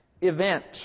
event